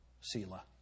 Selah